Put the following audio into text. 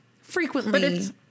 Frequently-